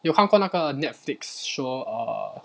你有看过那个 Netflix show err